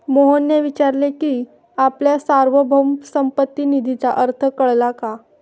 मोहनने विचारले की आपल्याला सार्वभौम संपत्ती निधीचा अर्थ कळला का?